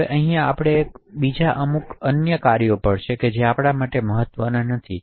તે કેટલાક મનસ્વી કાર્ય છે જે આપણા માટે મહત્વના નથી